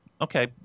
Okay